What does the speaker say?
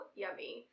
yummy